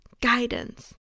guidance